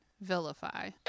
Vilify